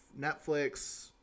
Netflix